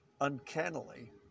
uncannily